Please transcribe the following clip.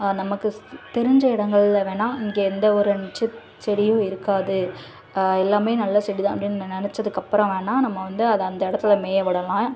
நமக்கு தெரிஞ்ச இடங்கள்ல வேணா இங்கே எந்த ஒரு சு செடியும் இருக்காது எல்லாமே நல்ல செடி தான் அப்படின்னு நினைச்சதுக்கு அப்புறம் வேணா நம்ம வந்து அதை அந்த இடத்துல மேய விடலாம்